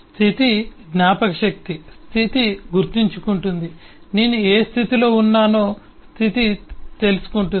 స్థితి జ్ఞాపకశక్తి స్థితి గుర్తుంచుకుంటుంది నేను ఏ స్థితిలో ఉన్నానో స్థితి తెలుసుకుంటుంది